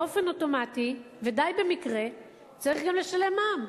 באופן אוטומטי, ודי במקרה, צריך לשלם גם מע"מ.